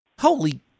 Holy